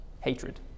Hatred